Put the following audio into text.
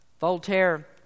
Voltaire